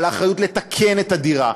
והאחריות לתקן את הדירה,